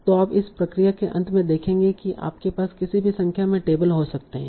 तो आप इस प्रक्रिया के अंत में देखेंगे की आपके पास किसी भी संख्या में टेबल हो सकते हैं